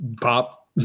pop